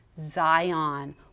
Zion